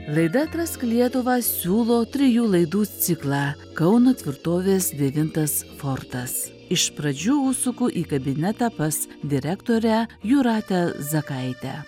laida atrask lietuvą siūlo trijų laidų ciklą kauno tvirtovės devintas fortas iš pradžių užsuku į kabinetą pas direktorę jūratę zakaitę